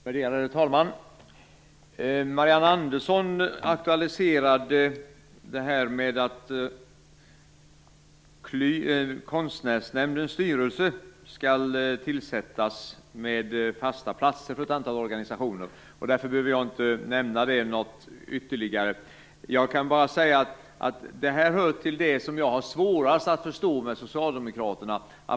Värderade talman! Marianne Andersson aktualiserade frågan om konstnärsnämndens styrelse skall tillsättas med fasta platser för ett antal organisationer. Jag behöver därför inte nämna det ytterligare. Jag vill bara säga att detta hör till det som jag har svårast att förstå när det gäller socialdemokraterna.